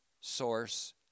source